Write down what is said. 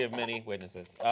many witnesses.